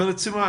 גברת צימרמן,